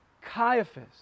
Caiaphas